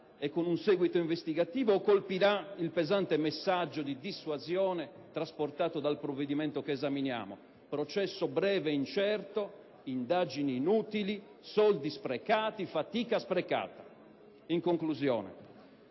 e con un seguito investigativo o colpirà il pesante messaggio di dissuasione trasportato dal provvedimento in esame? Processo breve incerto, indagini inutili, soldi e fatica sprecati. In conclusione,